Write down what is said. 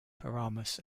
paramus